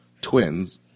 twins